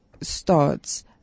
Starts